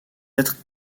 être